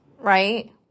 right